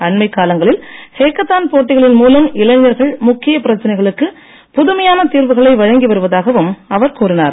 அண்மைக் காலங்களில் ஹேக்கத்தான் போட்டிகளின் மூலம் இளைஞர்கள் முக்கியப் பிரச்சனைகளுக்கு புதுமையான தீர்வுகளை வழங்கி வருவதாவும் அவர் கூறினார்